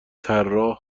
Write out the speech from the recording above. طراح